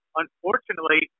unfortunately